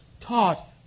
taught